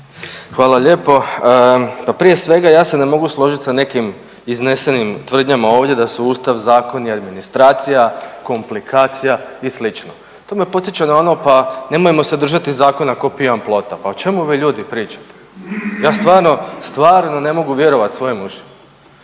Hvala lijepo. Prije svega ja se ne mogu složit sa nekim iznesenim tvrdnjama ovdje da su Ustav, zakon i administracija komplikacija i slično. To me podsjeća na ono pa nemojmo se držati zakona ko pijan plota. Pa o čemu vi ljudi pričate? Ja stvarno, stvarno ne mogu vjerovati svojim ušima.